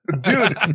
Dude